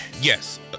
yes